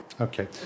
Okay